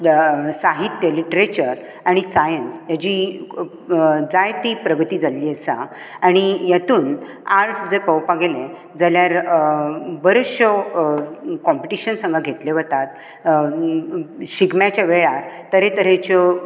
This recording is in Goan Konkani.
अं साहित्य लिटरेचर आनी सायन्स हेजी जायती प्रगती जाल्ली आसा आनी हेतून आर्टस जर पोळोवपाक गेले जाल्यार बऱ्योचश्यो कॉंपीटीशन्स हांगा घेतले वतात शिगम्याच्या वेळार तरे तरेच्यो